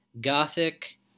gothic